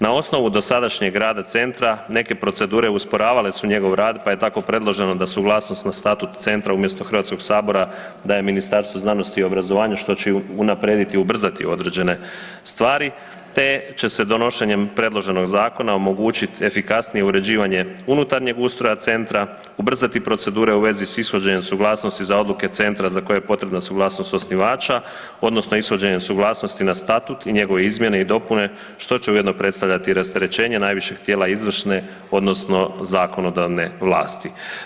Na osnovu dosadašnjeg rada Centra, neke procedure usporavale su njegov rad, pa je tako predloženo da suglasnost na Statut Centra, umjesto HS-a dajem Ministarstvo znanosti i obrazovanja, što će unaprijediti i ubrzati određene stvari te će se donošenjem predloženog zakona omogućiti efikasnije uređivanje unutarnjeg ustroja Centra, ubrzati procedure u vezi s ishođenjem suglasnosti za odluke Centra za koje je potrebna suglasnost osnivača, odnosno ishođenjem suglasnosti na Statut i njegove izmjene i dopune, što će ujedno predstavljati rasterećenje najvišeg tijela izvršne, odnosno zakonodavne vlasti.